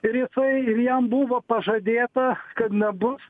ir jisai ir jam buvo pažadėta kad nebus